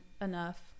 enough